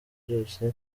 ryose